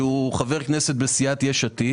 שהוא חבר כנסת בסיעת יש עתיד